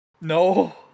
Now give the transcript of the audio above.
No